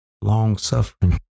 long-suffering